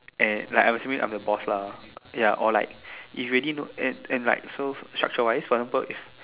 and like I am assuming I am the boss lah ya or like if you really no and and like so structure wise for example